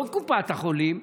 לא קופת החולים,